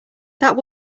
that